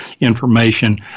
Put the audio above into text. information